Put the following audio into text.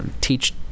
teach